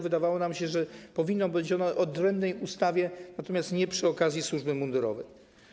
Wydawało nam się, że to powinno być w odrębnej ustawie, natomiast nie przy okazji służb mundurowych.